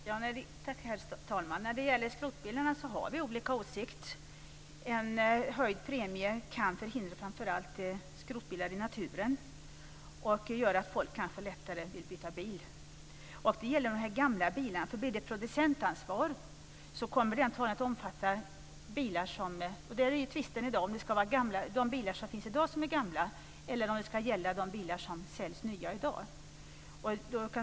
Herr talman! När det gäller skrotbilarna har vi olika åsikter. En höjd premie kan förhindra framför allt skrotbilar i naturen och gör att folk kanske lättare vill byta bil. Tvisten i dag är om producentansvaret ska gälla de gamla bilar som finns i dag eller de bilar som säljs nya i dag.